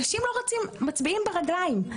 אנשים מצביעים ברגליים.